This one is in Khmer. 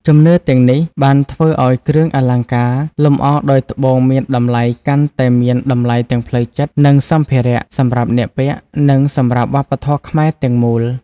ជំនឿទាំងនេះបានធ្វើឱ្យគ្រឿងអលង្ការលម្អដោយត្បូងមានតម្លៃកាន់តែមាន តម្លៃទាំងផ្លូវចិត្ត និងសម្ភារៈ សម្រាប់អ្នកពាក់ និងសម្រាប់វប្បធម៌ខ្មែរទាំងមូល។